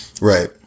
Right